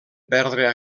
perdre